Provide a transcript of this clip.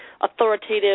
authoritative